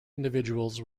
individuals